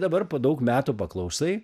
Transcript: dabar po daug metų paklausai